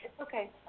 okay